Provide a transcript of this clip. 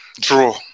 draw